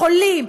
חולים,